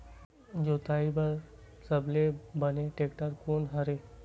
जोताई बर सबले बने टेक्टर कोन हरे?